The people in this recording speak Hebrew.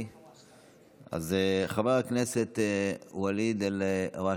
חבר הכנסת ואליד אלהואשלה,